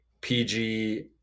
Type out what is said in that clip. PG